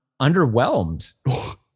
underwhelmed